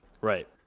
right